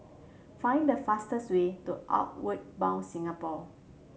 find the fastest way to Outward Bound Singapore